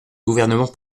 gouvernement